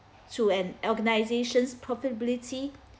to an organisation's profitability